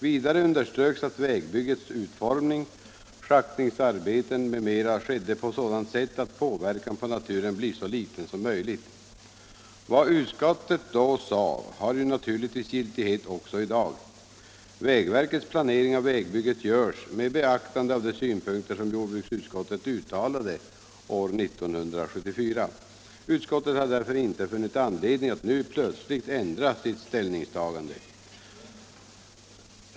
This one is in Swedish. Vidare underströks att vägbyggets utformning, schaktningsarbeten m.m. skulle ske på sådant sätt att påverkan på naturen blir så liten som möjligt. Vad utskottet då sade har naturligtvis giltighet också i dag. Vägverkets planering av vägbygget görs med beaktande av de synpunkter som jordbruksutskottet uttalade år 1974. Utskottet har därför inte funnit anledning att nu plötsligt ändra sitt ställningstagande.